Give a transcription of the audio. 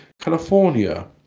California